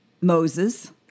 Moses